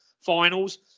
finals